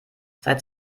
seit